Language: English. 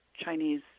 Chinese